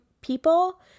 people